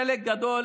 חלק גדול